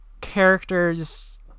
characters